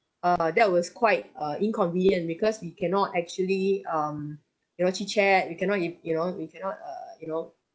err that was quite uh inconvenient because we cannot actually um you know chit chat you cannot if you know you cannot err you know